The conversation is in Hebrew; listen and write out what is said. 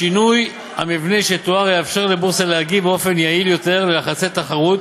השינוי המבני שתואר יאפשר לבורסה להגיב באופן יעיל יותר ללחצי תחרות